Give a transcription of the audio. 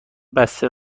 بسته